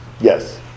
Yes